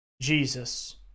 Jesus